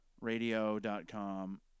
Radio.com